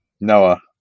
Noah